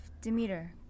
Demeter